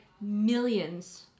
millions